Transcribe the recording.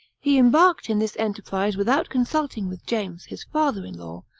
he embarked in this enterprise without consulting with james, his father-in-law,